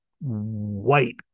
white